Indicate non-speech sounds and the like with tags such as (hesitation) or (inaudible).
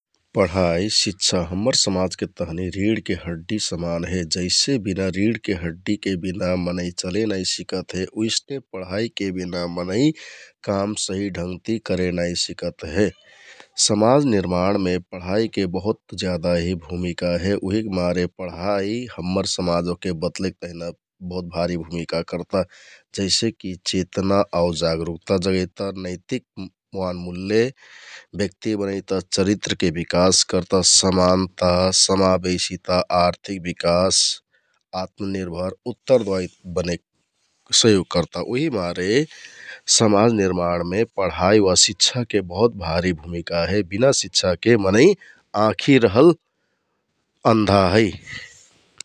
पढाइ शिक्षा हम्मर समाजके तहनि रिढके हड्डि समान हे जैसे बिना रिढके हड्डिके बिना मनैं चले नाइ सिकत हे उइसने पढाइके बिना मनैं काम सहि ढंगति करे नाइ सिकत हे । समाज निर्माणमे पढाइके बहुत ज्यादा हि भुमिका हे उहिकमारे पढाइ हम्मर समाज ओहके बदलेक तेहना बहुत भारी भुमिका करता । जैसेकि चेतना आउ जागरुकता जगैता, नैतिक (hesitation) वान मुल्य ब्यक्ति बनैता । चरित्रके बिकास करता, समानता, समाबेशिता, आर्थिक बिकास, आत्मानिर्भर, उत्तरदायि बनेक सहयोग करता उहिमारे समाज निर्माणमे पढाइ वा शिक्षाके बहुत भारी भुमिका हे । बिना शिक्षाके मनै आँखि रहल अन्धा है ।